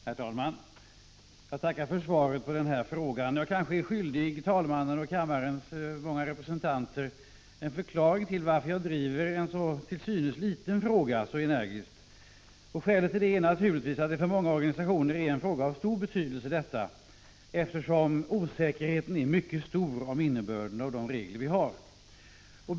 Herr talman! Jag tackar för svaret på min fråga. Jag kanske är skyldig talmannen och kammarens många representanter en förklaring till att jag driver en till synes liten fråga så energiskt. Skälet är naturligtvis att denna fråga för många organisationer är av stor betydelse, eftersom osäkerheten är mycket stor om innebörden i de regler som vi har.